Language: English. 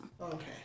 Okay